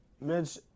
Mitch